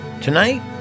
Tonight